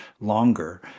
longer